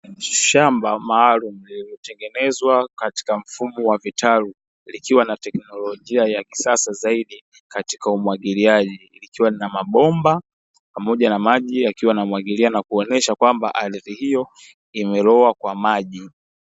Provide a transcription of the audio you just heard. Shamba maalumu lililotengenezwa katika mfumo wa vitalu, likiwa na teknolojia ya kisasa zaidi katika umwagiliaji, likiwa lina mabomba pamoja na maji yakiwa yanamwagilia na kuonyesha kwamba ardhi hiyo imeloa kwa maji.